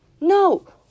No